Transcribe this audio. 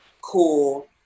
cool